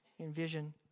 envision